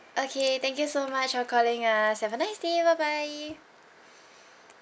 okay thank you so much for calling us have a nice day bye bye